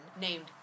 named